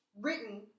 written